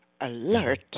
alert